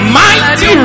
mighty